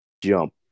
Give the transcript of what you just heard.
jump